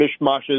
mishmashes